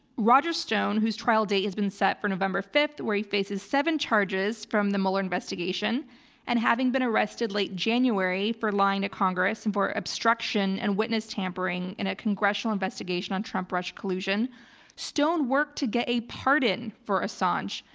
roger stone, whose trial date has been set for november fifth where he faces seven charges from the muller investigation and having been arrested late january for lying to congress and for obstruction and witness tampering in a congressional investigation on trump russia collusion stone worked to get a pardon for assange.